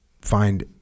find